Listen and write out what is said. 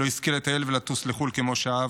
לא יזכה לטייל ולטוס לחו"ל כמו שאהב,